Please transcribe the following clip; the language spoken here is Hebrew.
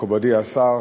מכובדי השר,